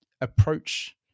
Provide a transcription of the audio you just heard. approach